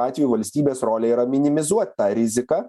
atveju valstybės rolė yra minimizuot tą riziką